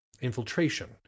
infiltration